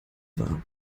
war